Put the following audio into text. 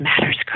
matters